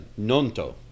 Nonto